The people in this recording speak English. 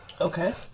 Okay